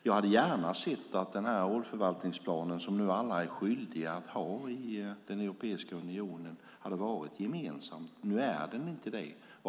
Jag hade gärna sett att den ålförvaltningsplan som alla i Europeiska unionen är skyldiga att ha hade varit gemensam, men nu är den inte det.